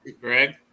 Greg